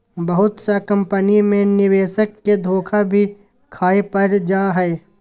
बहुत सा कम्पनी मे निवेशक के धोखा भी खाय पड़ जा हय